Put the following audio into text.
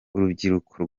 urubyiruko